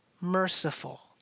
merciful